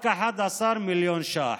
רק 11 מיליון ש"ח.